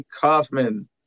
Kaufman